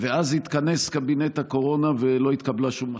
ואז התכנס קבינט הקורונה ולא התקבלה שום החלטה,